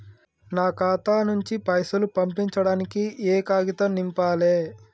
నా ఖాతా నుంచి పైసలు పంపించడానికి ఏ కాగితం నింపాలే?